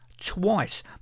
twice